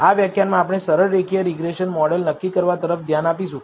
આ વ્યાખ્યાનમાં આપણે સરળ રેખીય રીગ્રેસન મોડેલ નક્કી કરવા તરફ ધ્યાન આપીશું